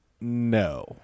no